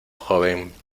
joven